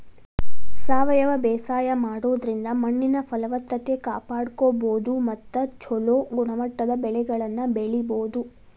ಸಾವಯವ ಬೇಸಾಯ ಮಾಡೋದ್ರಿಂದ ಮಣ್ಣಿನ ಫಲವತ್ತತೆ ಕಾಪಾಡ್ಕೋಬೋದು ಮತ್ತ ಚೊಲೋ ಗುಣಮಟ್ಟದ ಬೆಳೆಗಳನ್ನ ಬೆಳಿಬೊದು